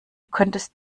könntest